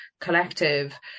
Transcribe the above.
collective